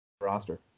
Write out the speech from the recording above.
roster